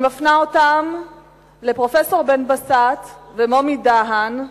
אני מפנה אותם לפרופסור בן-בסט ולמומי דהן,